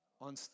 on